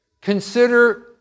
Consider